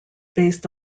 based